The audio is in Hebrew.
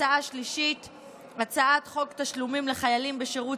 3. הצעת חוק תשלומים לחיילים בשירות